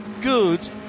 good